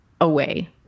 away